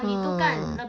!huh!